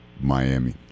Miami